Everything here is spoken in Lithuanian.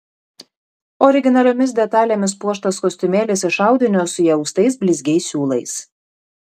originaliomis detalėmis puoštas kostiumėlis iš audinio su įaustais blizgiais siūlais